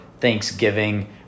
Thanksgiving